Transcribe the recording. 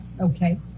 Okay